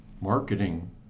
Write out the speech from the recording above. marketing